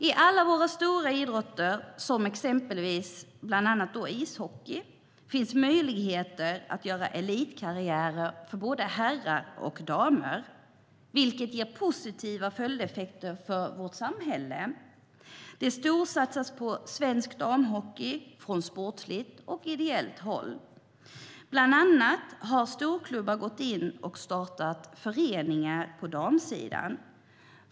I alla våra stora idrotter, exempelvis ishockey, finns möjligheter att göra elitkarriär för både herrar och damer, vilket ger positiva följdeffekter för vårt samhälle. Det storsatsas på svensk damhockey från sportsligt och ideellt håll. Bland annat har storklubbar gått in och startat föreningar på damsidan.